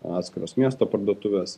atskiros miesto parduotuvės